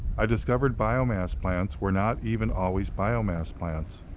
i discovered biomass plants were not even always biomass plants.